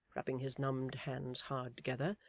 rubbing his numbed hands hard together.